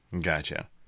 gotcha